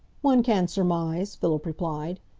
one can surmise, philip replied.